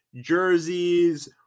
jerseys